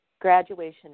graduation